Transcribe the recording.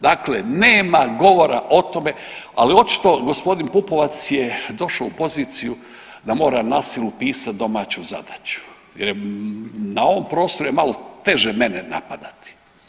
Dakle, nema govora o tome ali očito gospodin Pupovac je došao u poziciju da mora na silu pisati domaću zadaću, jer je na ovom prostoru malo teže mene napadati.